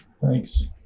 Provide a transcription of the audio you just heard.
Thanks